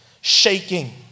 shaking